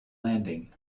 landing